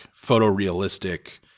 photorealistic